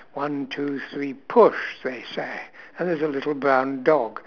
one two three push they say and there's a little brown dog